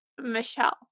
Michelle